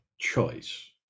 choice